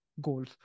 goals